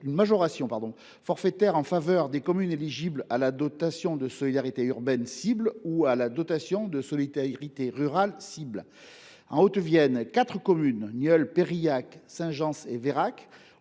qu’une majoration forfaitaire en faveur des communes éligibles à la dotation de solidarité urbaine cible ou à la dotation de solidarité rurale cible. En Haute Vienne, quatre communes, Nieul, Peyrilhac, Saint Gence